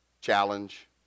challenge